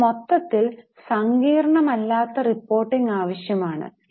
പക്ഷേ മൊത്തത്തിൽ സങ്കീർണ്ണമല്ലാത്ത റിപ്പോർട്ടിംഗ് ആവശ്യമാണ്